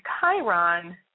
Chiron